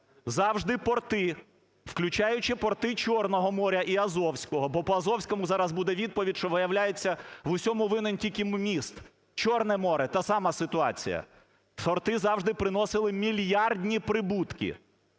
Завжди порти, включаючи порти Чорного моря і Азовського, бо по Азовському зараз буде відповідь, що, виявляється, в усьому винен тільки міст. Чорне море – та сама ситуація. Порти завжди приносили мільярдні прибутки.